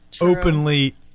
openly